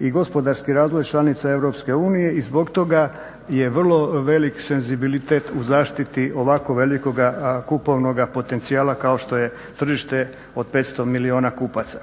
i gospodarski razvoj članica Europske unije i zbog toga je vrlo velik senzibilitet u zaštiti ovako velikog kupovnog potencijala kao što je tržište od 500 milijuna kupaca.